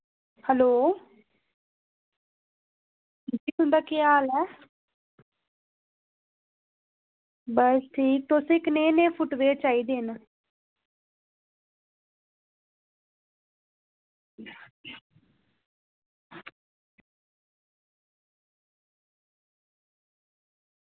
hello तुं'दा केह् हाल ऐ बस ठीक तुसें कनेह् नेह् फुटवियर चाहिदे न